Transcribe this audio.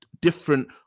different